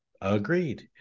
agreed